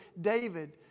david